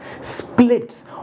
splits